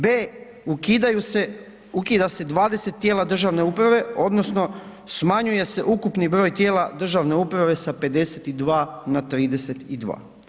B) ukidaju se, ukida se 20 tijela državne uprave odnosno smanjuje se ukupni broj tijela državne uprave sa 52 na 32.